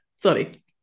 Sorry